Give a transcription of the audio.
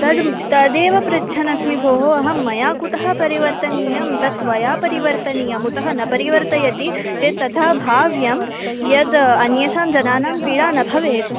तद् तदेव पृच्छन्नस्मि भोः अहं मया कुतः परिवर्तनीयं तत् त्वया परिवर्तनीयम् अतः न परिवर्तयति चेत् तथा भाव्यं यद् अन्येषां जनानां पीडा न भवेत्